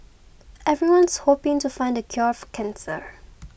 everyone's hoping to find the cure for cancer